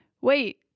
wait